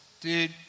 Dude